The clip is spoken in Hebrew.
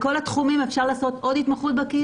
בכל התחומים אפשר לעשות עוד התמחות בקהילה.